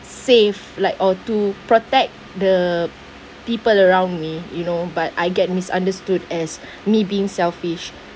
save like or to protect the people around me you know but I get misunderstood as me being selfish